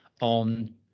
on